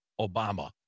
Obama